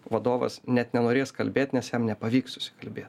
vadovas net nenorės kalbėt nes jam nepavyks susikalbėt